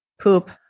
poop